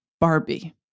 Barbie